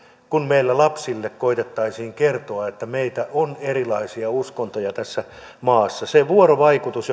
kun meillä lapsille koetettaisiin kertoa että meillä on erilaisia uskontoja tässä maassa se vuorovaikutus